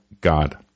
God